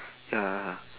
ya